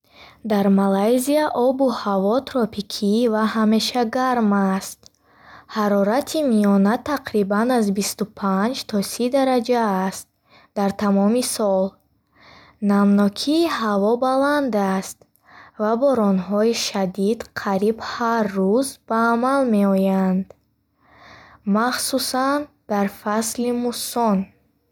Дар Малайзия обу ҳаво тропикӣ ва ҳамеша гарм аст. Ҳарорати миёна тақрибан аз бисту панҷ то сӣ дараҷа аст дар тамоми сол. Намнокии ҳаво баланд аст, ва боронҳои шадид қариб ҳар рӯз ба амал меоянд, махсусан дар фасли муссон.